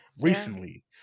recently